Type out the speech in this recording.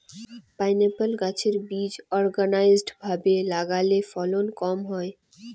pineapple গাছের বীজ unorganised ভাবে লাগালে ফলন কম হয়